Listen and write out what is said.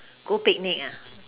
go picnic ah